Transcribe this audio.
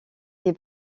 est